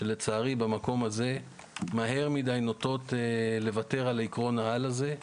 שלצערי במקום הזה מהר מידי נוטות לוותר על עיקרון העל הזה,